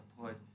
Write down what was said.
put